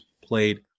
played